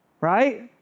right